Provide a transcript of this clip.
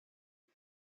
dvd